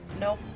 Nope